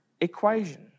equation